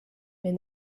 mais